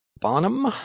Bonham